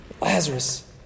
Lazarus